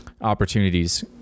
opportunities